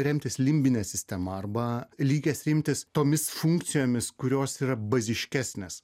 remtis limbine sistema arba likęs remtis tomis funkcijomis kurios yra baziškesnės